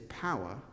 power